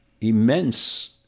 immense